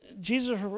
Jesus